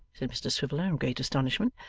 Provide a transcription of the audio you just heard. said mr swiveller, in great astonishment.